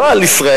לא רק על ישראל,